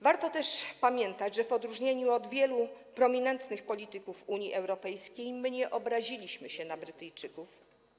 Warto też pamiętać, że w odróżnieniu od wielu prominentnych polityków Unii Europejskiej my nie obraziliśmy się na Brytyjczyków.